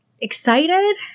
excited